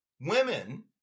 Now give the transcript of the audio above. women